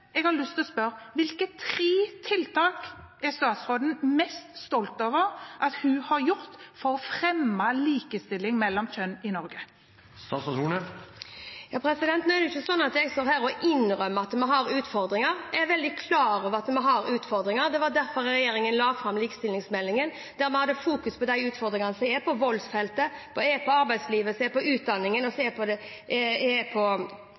lyst til å spørre: Hvilke tre tiltak er statsråden mest stolt over at hun har satt i verk for å fremme likestilling mellom kjønnene i Norge? Nå er det ikke slik at jeg står her og «innrømmer» at vi har utfordringer. Jeg er veldig klar over at vi har utfordringer, og det var derfor regjeringen la fram likestillingsmeldingen, der vi fokuserte på de utfordringene som er på voldsfeltet, i arbeidslivet, i utdanningen og